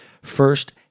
first